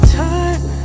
time